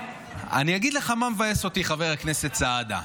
--- אני אגיד לך מה מבאס אותי, חבר הכנסת סעדה.